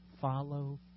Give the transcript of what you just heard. follow